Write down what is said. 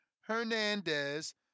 Hernandez